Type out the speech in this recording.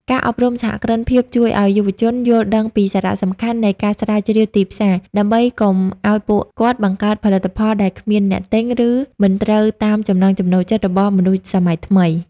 ការអប់រំសហគ្រិនភាពជួយឱ្យយុវជនយល់ដឹងពីសារៈសំខាន់នៃ "ការស្រាវជ្រាវទីផ្សារ" ដើម្បីកុំឱ្យពួកគាត់បង្កើតផលិតផលដែលគ្មានអ្នកទិញ ឬមិនត្រូវតាមចំណង់ចំណូលចិត្តរបស់មនុស្សសម័យថ្មី។